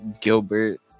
Gilbert